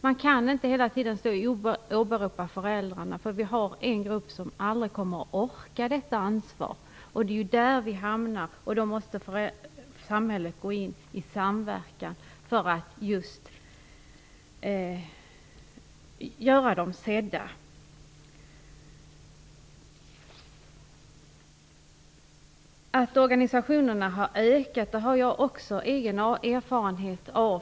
Man kan inte hela tiden hänvisa till föräldrarna, eftersom en del av dem aldrig kommer att orka med detta ansvar. Då måste samhället gå in och medverka till att de blir sedda. Att organisationerna har ökat har jag också egen erfarenhet av.